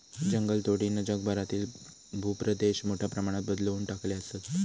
जंगलतोडीनं जगभरातील भूप्रदेश मोठ्या प्रमाणात बदलवून टाकले आसत